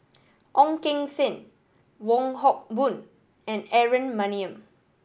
Ong Keng Sen Wong Hock Boon and Aaron Maniam